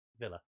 Villa